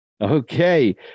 Okay